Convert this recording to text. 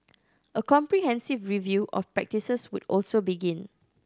a comprehensive review of practices would also begin